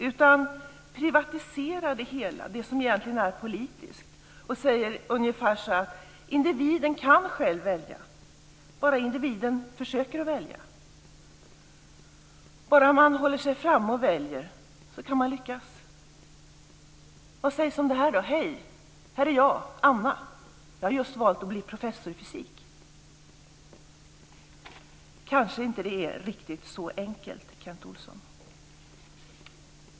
Han privatiserar det som egentligen är politiskt och säger ungefär så här: Individen kan välja, bara individen försöker. Bara man håller sig framme och väljer kan man lyckas. Vad sägs om det här: Hej, här är jag, Anna. Jag har just valt att bli professor i fysik. Det kanske inte är riktigt så enkelt, Kent Olsson.